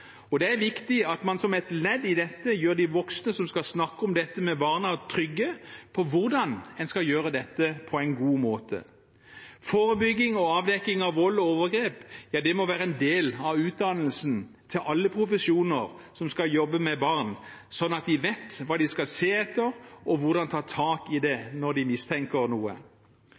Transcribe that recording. Det er viktig at man som et ledd i dette gjør de voksne som skal snakke med barna om dette, trygge på hvordan man skal gjøre dette på en god måte. Forebygging og avdekking av vold og overgrep må være en del av utdannelsen i alle profesjoner der man skal jobbe med barn, slik at man vet hva man skal se etter, og hvordan man skal ta tak i det når man mistenker noe.